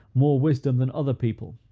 more wisdom than other people,